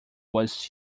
was